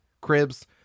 cribs